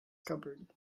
cupboard